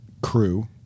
Crew